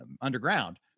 underground